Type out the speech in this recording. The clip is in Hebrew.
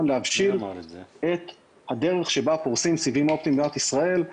להבשיל את הדרך שבה פורסים סיבים אופטיים במדינת ישראל.